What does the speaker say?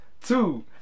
two